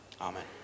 Amen